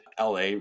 LA